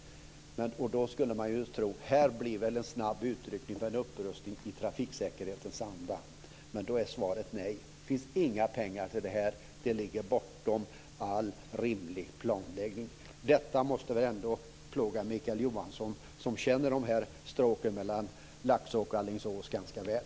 Då skulle man tro att här blir det en snabb uppryckning för en upprustning i trafiksäkerhetens anda. Då är svaret nej, det finns inga pengar, det ligger bortom all rimlig planläggning. Detta måste jag väl ändå fråga Mikael Johansson om som känner stråken mellan Laxå och Ålingsås ganska väl.